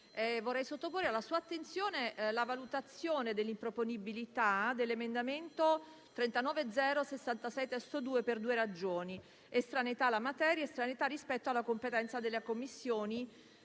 vorrei sottoporre alla sua attenzione la valutazione di improponibilità dell'emendamento 39.0.66 (testo 2) per due ragioni: estraneità alla materia e rispetto alla competenza delle Commissioni